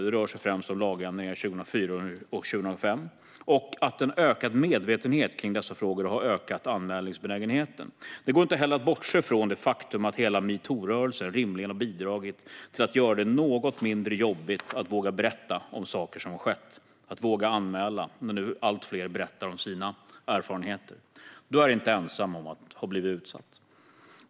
Det rör sig främst om lagändringar 2004 och 2005. Det finns vidare en ökad medvetenhet kring dessa frågor, vilket har ökat anmälningsbenägenheten. Det går heller inte att bortse från det faktum att hela metoo-rörelsen rimligen har bidragit till att göra det något mindre jobbigt att våga berätta om saker som har skett och att våga anmäla, när nu allt fler berättar om sina erfarenheter: Du är inte ensam om att ha blivit utsatt.